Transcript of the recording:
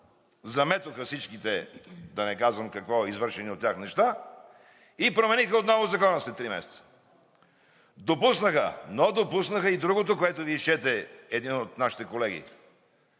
заметоха всичките – да не казвам какво – извършени от тях неща и промениха отново Закона след три месеца. Но допуснаха и другото, което Ви изчете един от нашите колеги